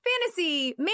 fantasy